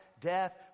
Death